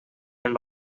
and